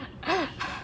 !huh!